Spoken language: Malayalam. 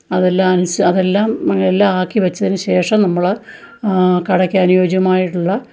അതെല്ലാം അനുസ അതെല്ലാം അതെല്ലാം ആക്കി വെച്ചതിന് ശേഷം നമ്മള് കടയ്ക്കനുയോജ്യമായിട്ടുള്ള